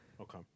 Okay